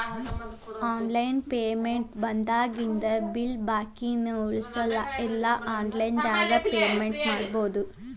online payment ಬಂದಾಗಿಂದ bill ಬಾಕಿನ ಉಳಸಲ್ಲ ಎಲ್ಲಾ ಆನ್ಲೈನ್ದಾಗ ಕಟ್ಟೋದು